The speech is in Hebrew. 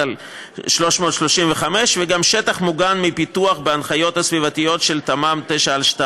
1/335 וגם שטח מוגן מפיתוח בהנחיות הסביבתיות של תמ"מ 9/2,